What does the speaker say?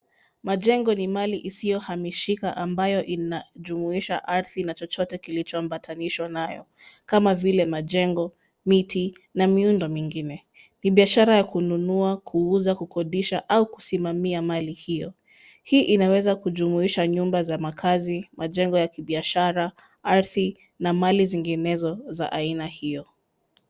Majengo ni mali isiyo hamishika ambayo inajumuisha ardhi na chochote kilichoambatanishwa nayo, kama vile majengo, miti na miundo mingine. Ni biashara ya kununua ,kuuza ,kukodisha au kusimamia mali hiyo. Hii inaweza kujumulisha nyumba za makazi, majengo ya kibiashara ardhi na mali zinginezo za aina hiyo.